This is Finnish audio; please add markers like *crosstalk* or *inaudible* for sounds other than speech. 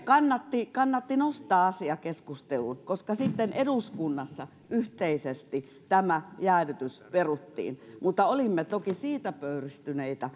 kannatti kannatti nostaa asia keskusteluun koska lopputulos oli se että eduskunnassa yhteisesti tämä jäädytys peruttiin mutta olimme toki siitä pöyristyneitä *unintelligible*